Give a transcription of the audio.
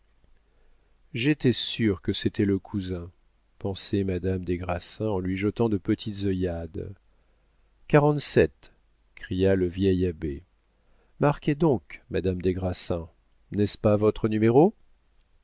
j'étais sûre que c'était le cousin pensait madame des grassins en lui jetant de petites œillades quarante-sept cria le vieil abbé marquez donc madame des grassins n'est-ce pas votre numéro